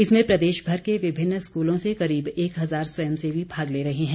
इसमें प्रदेशभर के विभिन्न स्कूलों से करीब एक हजार स्वयंसेवी भाग ले रहे हैं